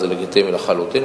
וזה לגיטימי לחלוטין,